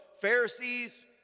Pharisees